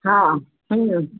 हा